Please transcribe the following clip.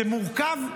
זה מורכב,